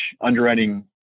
underwriting